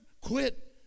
quit